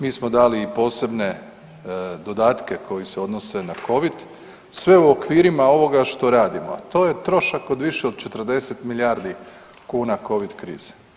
Mi smo dali i posebne dodatke koji se odnose na Covid, sve u okvirima ovoga što radimo, a to je trošak od više od 40 milijardi kuna Covid krize.